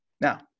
Now